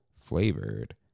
flavored